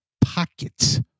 pockets